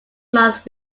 must